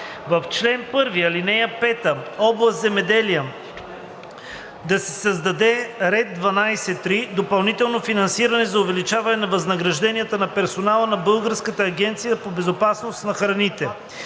„В чл. 1, ал. 5, Област „Земеделие“ да се създаде ред 12.3. –„допълнително финансиране за увеличение на възнагражденията на персонала от Българската агенция по безопасност на храните“.